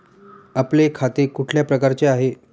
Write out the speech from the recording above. आपले खाते कुठल्या प्रकारचे आहे?